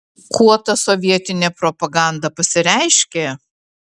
kuo ta sovietinė propaganda pasireiškė